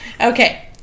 Okay